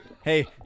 Hey